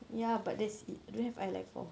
ya but that's the I don't have eye like for